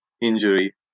injury